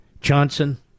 Johnson